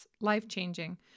Life-changing